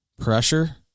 pressure